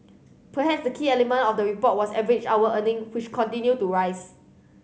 perhaps the key element of the report was average hour earning which continued to rise